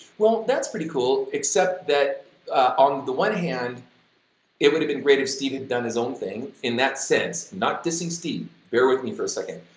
well, that's pretty cool, except that on the one hand it would have been great if steve had done his own thing in that sense, not dissing steve, bear with me, for a second,